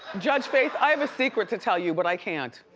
judge faith, i have a secret to tell you, but i can't.